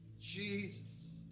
Jesus